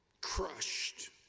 crushed